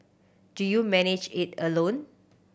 do you manage it alone